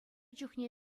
чухне